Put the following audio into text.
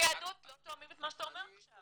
יהדות לא תואמים את מה שאתה אומר עכשיו.